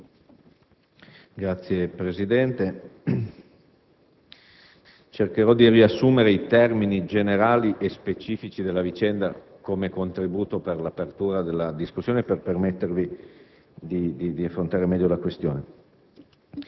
Signor Presidente, cercherò di riassumere i termini generali e specifici della vicenda, come contributo all'apertura della discussione, per permettere di affrontare meglio la questione.